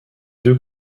deux